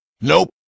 Nope